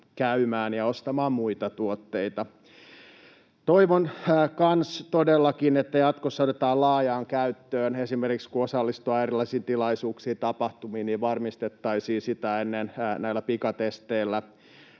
käymään ja ostamaan muita tuotteita. Toivon myös todellakin, että jatkossa nämä otetaan laajaan käyttöön. Esimerkiksi kun osallistutaan erilaisiin tilaisuuksiin, tapahtumiin, niin varmistettaisiin sitä ennen näillä pikatestillä